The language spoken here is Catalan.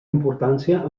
importància